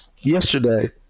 yesterday